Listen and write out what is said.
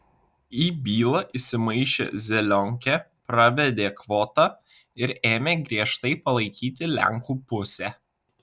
į bylą įsimaišė zelionkė pravedė kvotą ir ėmė griežtai palaikyti lenkų pusę